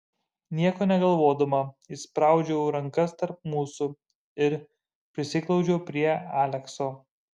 nieko negalvodama įspraudžiau rankas tarp mūsų ir prisiglaudžiau prie alekso